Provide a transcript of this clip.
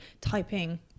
typing